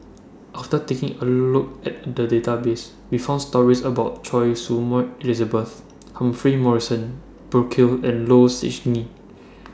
after taking A Look At The Database We found stories about Choy Su Moi Elizabeth Humphrey Morrison Burkill and Low Siew Nghee